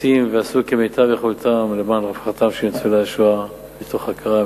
עושות ועשו כמיטב יכולתן למען רווחתם של ניצולי השואה מתוך הכרה,